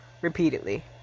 repeatedly